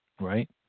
Right